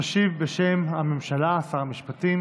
תשיב בשם הממשלה ושר המשפטים